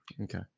Okay